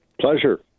Pleasure